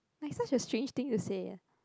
like such a strange thing to say